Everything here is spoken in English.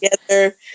together